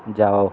ଯାଅ